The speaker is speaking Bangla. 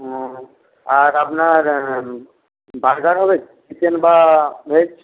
ওহ আর আপনার বার্গার হবে চিকেন বা ভেজ